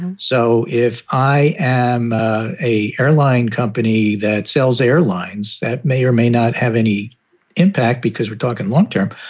and so if i am a airline company that sells airlines, that may or may not have any impact because we're talking long term.